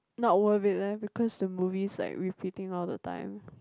not worth it leh because the movies like repeating all the time